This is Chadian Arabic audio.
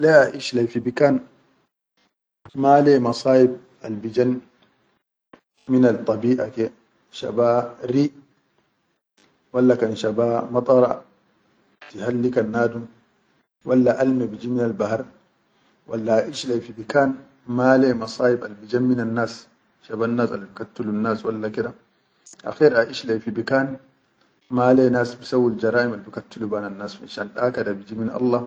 Le aiʼsh leyi fi bikan male ya masayib al-bijan minaddabiʼa ke shaba ri walla kan shaba madara tihallikan nadum walla alme biji minal bahar walla aʼish leyi fi bikan ma layya al masayib al bijan minan nas shabannas al bi kattulun nas walla ke da akher aʼish leyi fi bikan ma le ya nas bisawwil jaramil al bikattulu behan nas finsha da ka biji min Allah.